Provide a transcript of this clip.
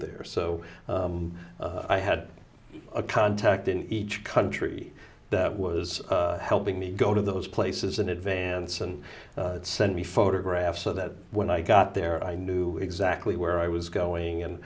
there so i had a contact in each country that was helping me go to those places in advance and send me photographs so that when i got there i knew exactly where i was going and